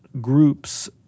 groups